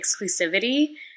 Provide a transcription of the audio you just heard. exclusivity